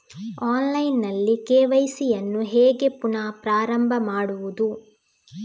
Online ನಲ್ಲಿ KYC ಯನ್ನು ಹೇಗೆ ಪುನಃ ಪ್ರಾರಂಭ ಮಾಡುವುದು?